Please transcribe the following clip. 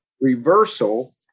Reversal